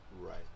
Right